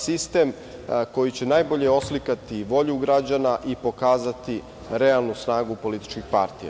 Sistem koji će najbolje oslikati volju građana i pokazati realnu snagu političkih partija.